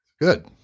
Good